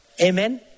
Amen